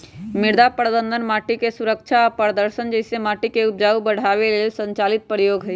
मृदा प्रबन्धन माटिके सुरक्षा आ प्रदर्शन जइसे माटिके उपजाऊ बढ़ाबे लेल संचालित प्रयोग हई